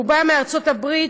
רובם מארצות הברית,